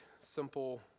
simple